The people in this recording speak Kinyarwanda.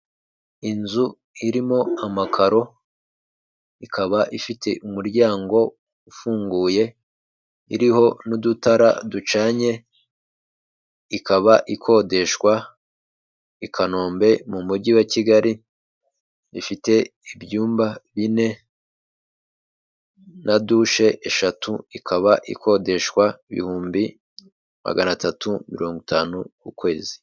Inzu irimo amakaro ikaba ifite umuryango ufunguye iriho n'udutara ducanye, ikaba ikodeshwa i Kanombe mu mujyi wa Kigali, ifite ibyumba bine na dushe eshatu, ikaba ikodeshwa ibihumbi magana tatu mirongo itanu ku kwezi.